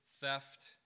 theft